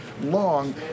long